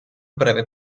breve